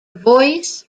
voice